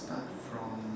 start from